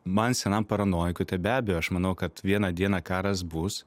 man senam paranojikui tai be abejo aš manau kad vieną dieną karas bus